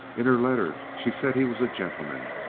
in her letter, she said he was a gentleman.